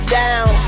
down